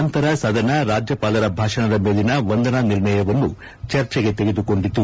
ನಂತರ ಸದನ ರಾಜ್ಞಪಾಲರ ಭಾಷಣದ ಮೇಲಿನ ವಂದನಾ ನಿರ್ಣಯವನ್ನು ಚರ್ಚೆಗೆ ತೆಗೆದುಕೊಂಡಿತು